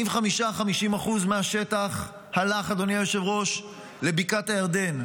45% 50% מהשטח הלך, אדוני היושב-ראש, לבקעת הירדן.